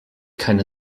keine